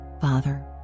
father